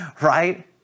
right